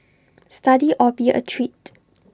study or be A treat